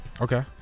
Okay